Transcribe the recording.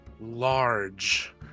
large